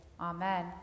Amen